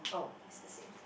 oh it's the same